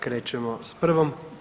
Krećemo sa prvom.